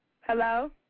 Hello